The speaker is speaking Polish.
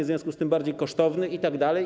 W związku z tym jest bardziej kosztowny itd.